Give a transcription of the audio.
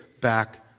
back